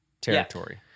territory